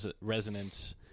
resonance